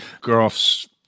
graphs